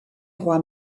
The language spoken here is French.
rois